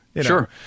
Sure